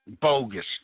bogus